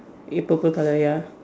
eh purple colour ya